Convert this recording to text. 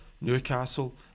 Newcastle